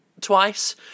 twice